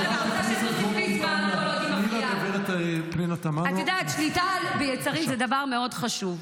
את יודעת מה זה I rest my case?